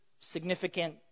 significant